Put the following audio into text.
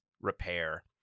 repair